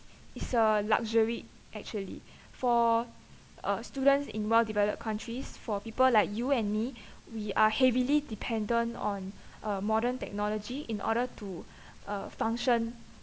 it's a luxury actually for uh students in well developed countries for people like you and me we are heavily dependent on uh modern technology in order to uh function